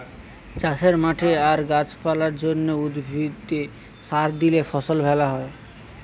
চাষের মাঠে আর গাছ পালার জন্যে, উদ্ভিদে সার দিলে ফসল ভ্যালা হয়